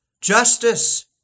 justice